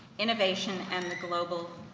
innovation, and the global,